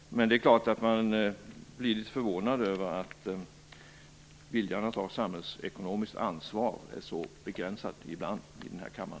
Men det är klart att man blir litet förvånad över att viljan att ta samhällsekonomiskt ansvar ibland är så begränsad i denna kammare.